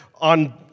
on